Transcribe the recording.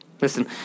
Listen